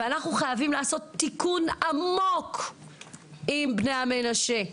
ואנחנו חייבים לעשות תיקון עמוק עם בני המנשה.